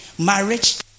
marriage